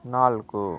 ನಾಲ್ಕು